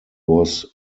was